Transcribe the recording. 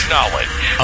Knowledge